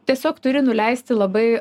tiesiog turi nuleisti labai